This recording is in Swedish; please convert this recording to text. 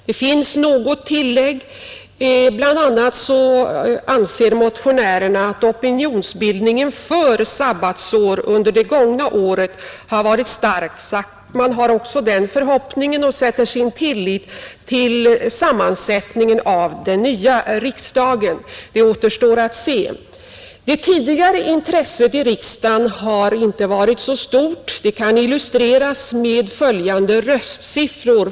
Det finns något tillägg; bl.a. anser motionärerna att opinionsbildningen för sabbatsår under det gångna året varit stark, och man sätter sin lit till sammansättningen av den nya riksdagen. Om det är motiverat återstår att se. Intresset i riksdagen har tidigare inte varit så stort. Det kan illustreras med följande röstsiffror.